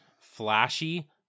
flashy